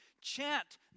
chant